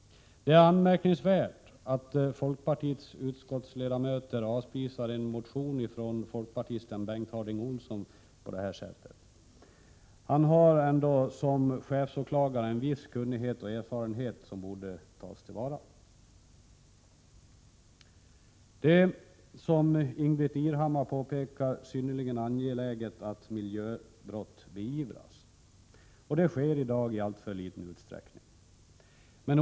Det är anmärkningsvärt att folkpartiets utskottsledamöter avspisar en motion från folkpartisten Bengt Harding Olson på detta sätt. Han har dock som chefsåklagare en viss kunnighet och erfarenhet, som borde tas till vara. Det är, som Ingbritt Irhammar påpekar, synnerligen angeläget att miljöbrott beivras. Detta sker i dag i alltför liten utsträckning.